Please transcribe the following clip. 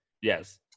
yes